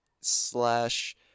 slash